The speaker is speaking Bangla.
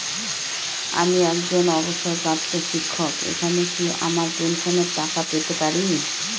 আমি একজন অবসরপ্রাপ্ত শিক্ষক এখানে কি আমার পেনশনের টাকা পেতে পারি?